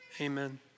Amen